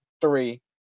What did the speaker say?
three